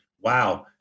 Wow